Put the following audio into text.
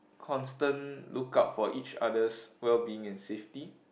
constant lookout for each other's wellbeing and safety